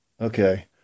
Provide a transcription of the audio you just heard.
okay